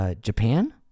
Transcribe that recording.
Japan